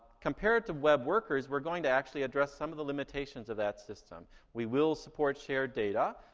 compared to web workers, we're going to actually address some of the limitations of that system. we will support shared data.